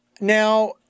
Now